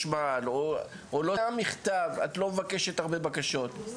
יש לי בקשה אלייך, תוציאו מכתב לראש המועצה בלקיה.